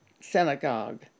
synagogue